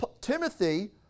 Timothy